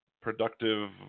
productive